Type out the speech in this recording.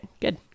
good